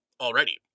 already